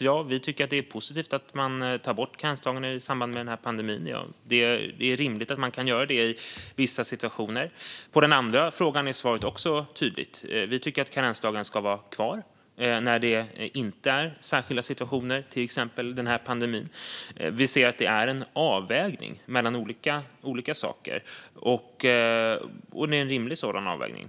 Ja, vi tycker att det är positivt att man tar bort karensdagen i samband med pandemin. Det är rimligt att man kan göra det i vissa situationer. På den andra frågan är svaret också tydligt: Vi tycker att karensdagen ska vara kvar när det inte är särskilda situationer, till exempel den här pandemin. Vi ser att det är en avvägning mellan olika saker, och det är en rimlig sådan.